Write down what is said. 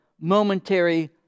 momentary